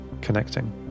Connecting